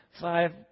five